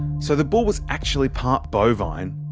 so the bull was actually part-bovine,